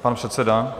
Pan předseda?